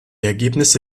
ergebnisse